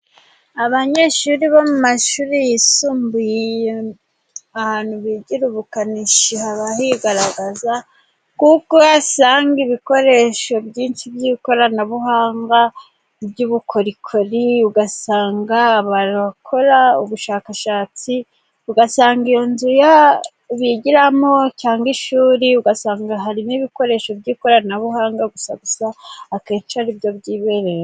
Abanyeshuri bo mu mashuri yisumbuye ahantu bigira ubukanishi haba higaragaza, kuko uhasanga ibikoresho byinshi by'ikoranabuhanga, by'ubukorikori. Ugasanga barakora ubushakashatsi, ugasanga iyo nzu bigiramo cyangwa ishuri, ugasanga hari n'ibikoresho by'ikoranabuhanga gusa gusa, akenshi ari byo byibereyemo.